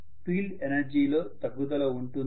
field ఎనర్జీలో తగ్గుదల ఉంటుందా